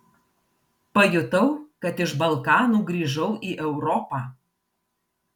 pajutau kad iš balkanų grįžau į europą